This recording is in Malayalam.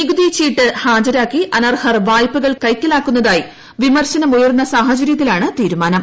നികുതി ചീട്ട് ഹാജരാക്കി അനർഹർ വായ്പകൾ കൈക്കലാക്കുന്നതായി വിമർശനം ഉയർന്ന സാഹചര്യത്തിലാണ് തീരുമാനം